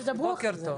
אז תדברו אחרי זה.